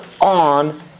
on